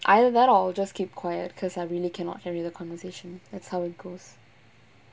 either that or I will just keep quiet cause I really cannot carry the conversation that's how it goes